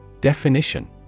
Definition